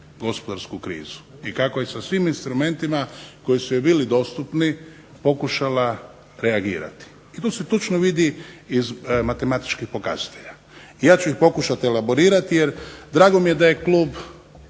gospodarsku krizu i kako je sa svim instrumentima koji su joj bili dostupni pokušala reagirati. I to se točno vidi iz matematičkih pokazatelja. I ja ću ih pokušati elaborirati jer drago mi je da je klub